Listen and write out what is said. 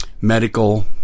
medical